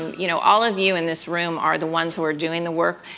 you know, all of you in this room are the ones who are doing the work.